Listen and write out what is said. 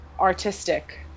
artistic